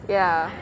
ya